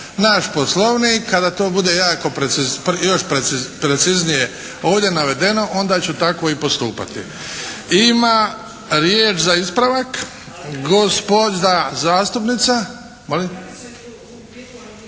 naš Poslovnik, kada to bude jako, još preciznije ovdje navedeno onda ću tako i postupati. Ima riječ za ispravak gospođa zastupnica.